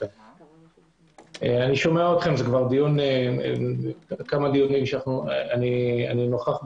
אני שומע אתכם כמה דיונים שאני נוכח,